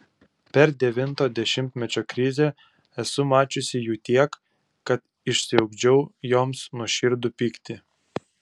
per devinto dešimtmečio krizę esu mačiusi jų tiek kad išsiugdžiau joms nuoširdų pyktį